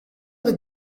with